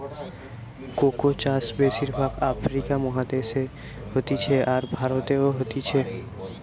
cocoa চাষ বেশির ভাগ আফ্রিকা মহাদেশে হতিছে, আর ভারতেও হতিছে